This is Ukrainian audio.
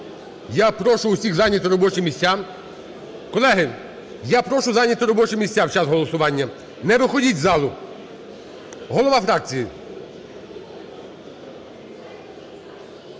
Я прошу всіх зайняти робочі місця, колеги, я прошу зайняти робочі місця в час голосування, не виходьте з залу. Голова фракції!